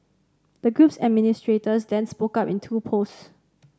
the group's administrators then spoke up in two posts